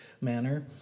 manner